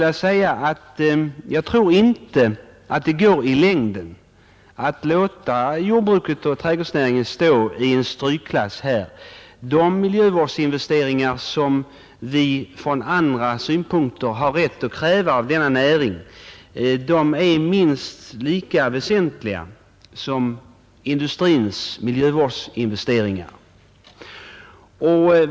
Jag tror inte att det går i längden att låta jordbruket och trädgårdsnäringen stå i strykklass härvidlag. De miljövårdsinvesteringar som vi ur andra synpunkter har rätt att kräva av dessa näringar är minst lika väsentliga som industrins miljövårdsinvesteringar.